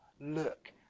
look